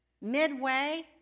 midway